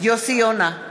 יוסי יונה,